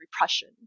Repression